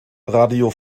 radio